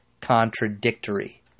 contradictory